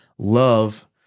Love